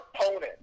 opponent